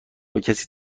بکسی